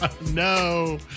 No